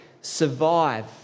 survive